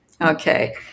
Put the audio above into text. Okay